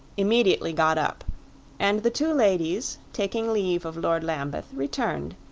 immediately got up and the two ladies, taking leave of lord lambeth, returned,